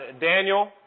Daniel